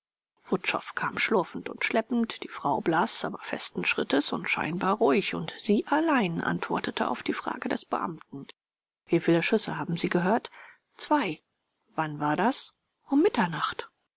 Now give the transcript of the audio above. wutschow kam schlurfend und schleppend die frau blaß aber festen schrittes und scheinbar ruhig und sie allein antwortete auf die frage des beamten wieviel schüsse haben sie gehört zwei wann war das um mitternacht